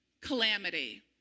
calamity